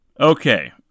Okay